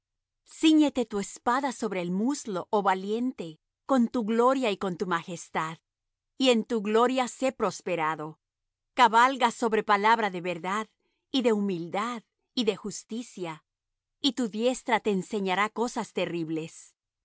cíñete tu espada sobre el muslo oh valiente con tu gloria y con tu majestad y en tu gloria sé prosperado cabalga sobre palabra de verdad y de humildad y de justicia y tu diestra te enseñará cosas terribles